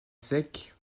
zec